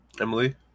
Emily